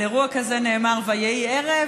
על אירוע כזה נאמר: ויהי ערב,